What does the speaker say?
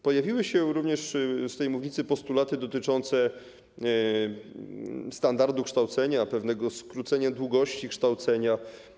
Pojawiły się również z tej mównicy postulaty dotyczące standardu kształcenia, pewnego skrócenia długości kształcenia.